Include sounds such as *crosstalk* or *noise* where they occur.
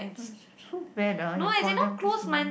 *noise* so bad ah you call them